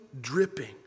dripping